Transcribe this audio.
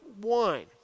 wine